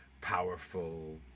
powerful